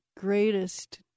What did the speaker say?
greatest